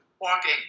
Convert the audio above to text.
walking